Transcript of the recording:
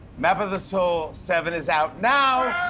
map of the soul seven is out now.